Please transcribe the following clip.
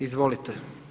Izvolite.